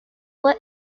fue